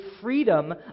freedom